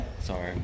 Sorry